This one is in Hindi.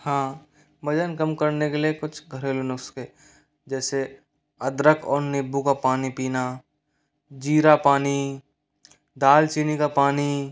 हाँ वजन कम करने के लिए कुछ घरेलू नुस्खे जैसे अदरक और नींबू का पानी पीना जीरा पानी दालचीनी का पानी